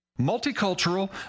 Multicultural